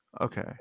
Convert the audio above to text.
okay